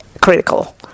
critical